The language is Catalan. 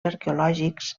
arqueològics